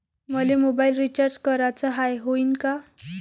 मले mobile recharge कराचा हाय, होईनं का?